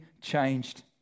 changed